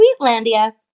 Sweetlandia